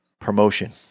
promotion